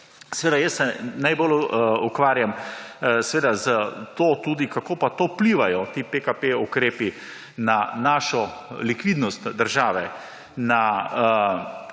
Seveda jaz se najbolj ukvarjam seveda s to tudi, kako pa to vplivajo, te PKP ukrepi, na našo likvidnost države, na